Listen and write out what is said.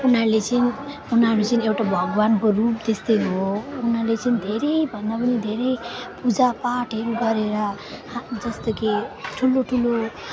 उनीहरूले चाहिँ उनीहरू चाहिँ एउटा भगवानको रूप त्यस्तै हो उनीहरूले चाहिँ धेरैभन्दा पनि धेरै पूजापाठहरू गरेर जस्तै कि ठुलो ठुलो